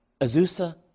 Azusa